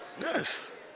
Yes